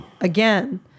again